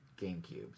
GameCube